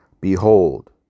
behold